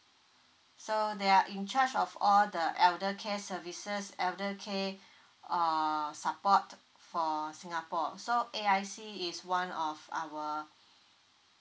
so they are in charge of all the eldercare services eldercare uh support for singapore so A_I_C is one of our